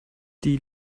die